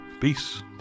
Peace